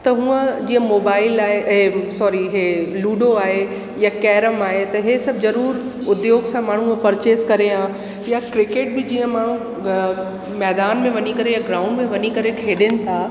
त हूअं जीअं मोबाइल लाइ इहे सॉरी इहे लूडो आहे या कैरम आहे त ई सभु ज़रूरु उद्योग सां माण्हू उहो पर्चेज़ करे या क्रिकेट बि जीअं माण्हू ग मैदान में वञी करे या ग्राउंड में वञी करे खेॾनि था